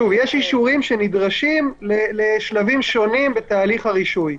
אישורים שנדרשים לשלבים שונים בתהליך הרישוי.